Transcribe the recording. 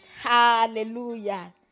Hallelujah